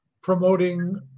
promoting